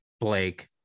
Blake